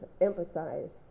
empathize